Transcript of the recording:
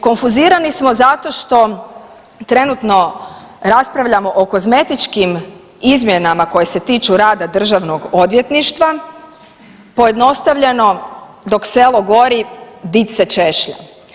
Konfuzirani smo zato što trenutno raspravljamo o kozmetičkim izmjenama koje se tiču rada Državnog odvjetništva, pojednostavljeno, dok selo gori, did se češlja.